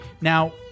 Now